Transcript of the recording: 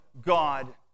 God